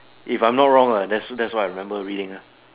if I'm not wrong lah that's that's what I remember reading ah